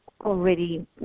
already